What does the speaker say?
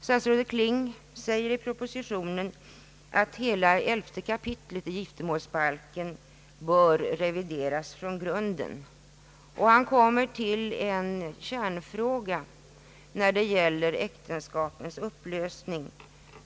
Statsrådet Kling säger i propositionen att hela elfte kapitlet i giftermålsbalken bör revideras från grunden, och han kommer till en kärnfråga när det gäller äktenskapens upplösning.